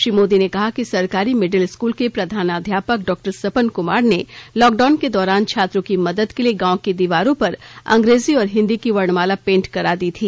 श्री मोदी ने कहा कि सरकारी मिडिल स्कूल के प्रधानाध्यापक डॉक्टर सपन कुमार ने लॉकडाउन के दौरान छात्रों की मदद के लिए गांव की दीवारों पर अंग्रेजी और हिंदी की वर्णमाला पेंट करा दी थी